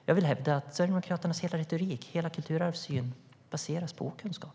Jag vill hävda att Sverigedemokraternas hela retorik och hela kulturarvssyn baseras på okunskap.